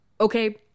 okay